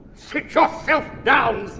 sit yourself down, sah,